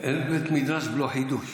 אין בית מדרש בלא חידוש.